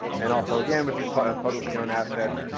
and also again with these but publicly owned assets,